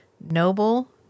noble